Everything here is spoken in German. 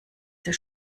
der